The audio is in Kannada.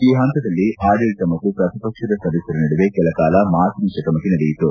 ಈ ಪಂತದಲ್ಲಿ ಆಡಳಿತ ಮತ್ತು ಪ್ರತಿಪಕ್ಷದ ಸದಸ್ದರ ನಡುವೆ ಕೆಲಕಾಲ ಮಾತಿನ ಚಕಮಕಿ ನಡೆಯಿತು